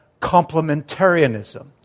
complementarianism